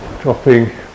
dropping